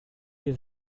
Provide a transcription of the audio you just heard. dir